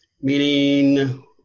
Meaning